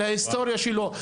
על ההיסטוריה שלו.